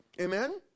Amen